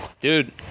dude